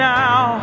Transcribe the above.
now